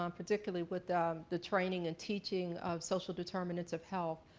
um particularly with the training and teaching of social determinants of health.